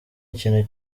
ikintu